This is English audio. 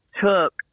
took